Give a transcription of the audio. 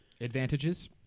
advantages